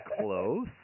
close